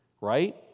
right